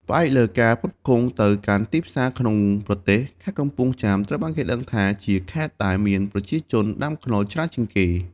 ផ្អែកលើការផ្គត់ផ្គង់ទៅកាន់ទីផ្សារក្នុងប្រទេស ខេត្តកំពង់ចាម ត្រូវគេដឹងថា ជាខេត្តដែលមានប្រជាជនដាំខ្នុរច្រើនជាងគេ។